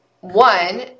one